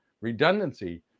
Redundancy